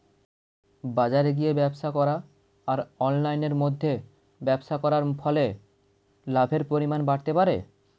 বাজারে গিয়ে ব্যবসা করা আর অনলাইনের মধ্যে ব্যবসা করার ফলে লাভের পরিমাণ বাড়তে পারে?